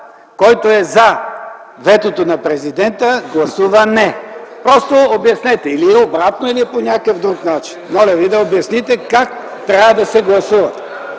който е за ветото на президента, гласува „не”. Просто обяснете, или е обратно, или е по някакъв друг начин. Моля Ви да обясните как трябва да се гласува.